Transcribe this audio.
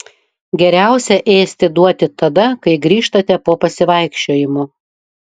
geriausia ėsti duoti tada kai grįžtate po pasivaikščiojimo